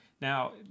Now